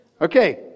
Okay